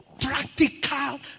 practical